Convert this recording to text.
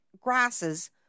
grasses